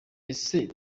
ese